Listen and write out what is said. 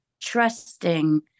trusting